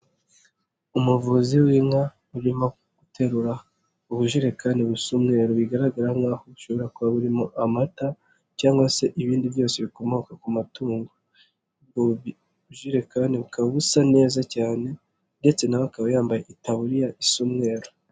Umuvuzi w'inka urimo guterura ubujurekani busa umweru bigaragara nk'aho bushobora kuba burimo amata cyangwa se ibindi byose bikomoka ku matungo, ubu bujurekani bukaba busa neza cyane ndetse nawe akaba yambaye itaburiya yumweru.